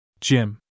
Jim